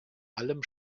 allem